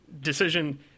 decision